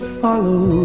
follow